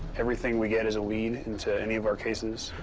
everything we get is a lead into any of our cases,